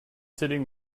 sitting